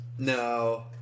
No